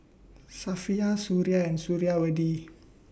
Safiya Suria and Suriawati